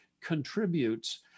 contributes